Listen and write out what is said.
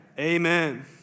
Amen